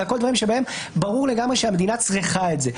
זה הכול דברים שבהם ברור לגמרי שהמדינה צריכה את זה.